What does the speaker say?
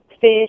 fish